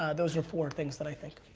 those are four things that i think.